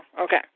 okay